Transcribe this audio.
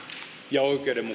ja oikeudenmukaisuutta